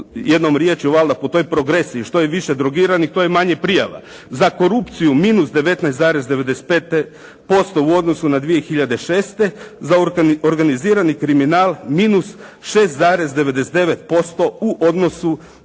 jednom riječju valjda po toj progresiji što je više drogiranih to je manje prijava. Za korupciju minus 19,95% u odnosu na 2006. Za organizirani kriminal minus 6,99% u odnosu